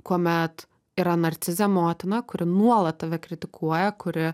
kuomet yra narcizė motina kuri nuolat tave kritikuoja kuri